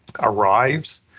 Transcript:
arrives